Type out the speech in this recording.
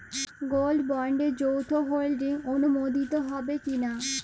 Gold বন্ডে যৌথ holding অনুমোদিত হবে কিনা?